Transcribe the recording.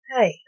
Hey